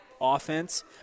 offense